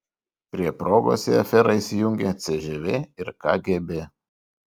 prie progos į aferą įsijungia cžv ir kgb